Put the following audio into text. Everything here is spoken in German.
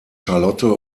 charlotte